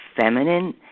feminine